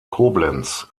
koblenz